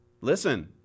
Listen